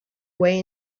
way